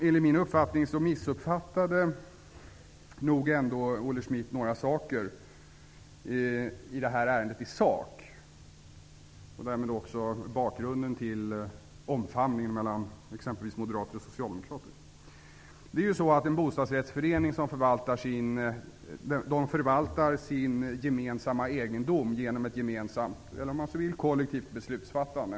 Enligt min uppfattning har Olle Schmidt missuppfattat några saker i det här ärendet, och därmed också bakgrunden till omfamningen mellan exempelvis moderater och socialdemokrater. En bostadsrättsförening förvaltar sin gemensamma egendom genom ett gemensamt -- eller, om man så vill, kollektivt -- beslutsfattande.